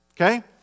okay